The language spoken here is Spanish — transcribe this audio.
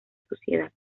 sociedad